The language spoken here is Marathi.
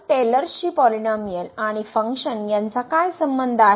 तर टेलर्सची पॉलिनोमिअल आणि फंक्शन यांचा काय संबंध आहे